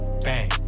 bang